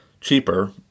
cheaper